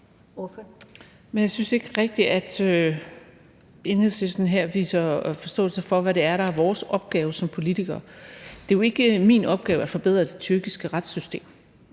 jeg synes ikke rigtig, at Enhedslisten her viser forståelse for, hvad det er, der er vores opgave som politikere. Det er jo ikke min opgave at forbedre det tyrkiske retssystem